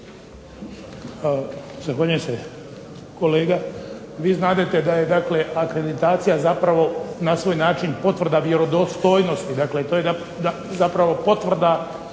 Zahvaljujem se kolega. Vi znadete da je, dakle akreditacija zapravo na svoj način potvrda vjerodostojnosti.